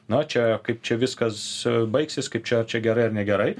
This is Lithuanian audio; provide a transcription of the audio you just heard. na čia kaip čia viskas baigsis kaip čia čia gerai ar negerai